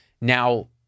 now